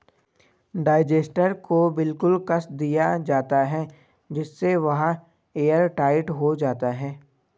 digester को बिल्कुल कस दिया जाता है जिससे वह एयरटाइट हो जाता है